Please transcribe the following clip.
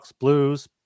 Blues